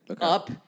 Up